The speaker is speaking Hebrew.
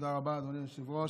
תודה רבה, אדוני היושב-ראש.